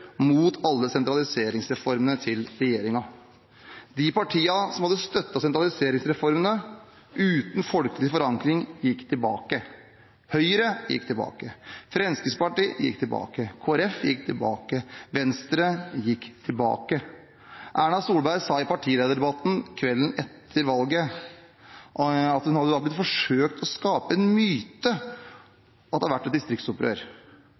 mot alle sentraliseringsreformene til regjeringen. De partiene som hadde støttet sentraliseringsreformene uten folkelig forankring, gikk tilbake. Høyre gikk tilbake, Fremskrittspartiet gikk tilbake, Kristelig Folkeparti gikk tilbake, Venstre gikk tilbake. Erna Solberg sa i partilederdebatten kvelden etter valget at det hadde blitt forsøkt skapt en myte om at det har vært et distriktsopprør.